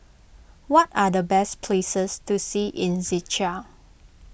what are the best places to see in Czechia